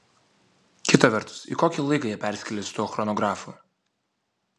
kita vertus į kokį laiką jie persikėlė su tuo chronografu